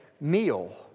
meal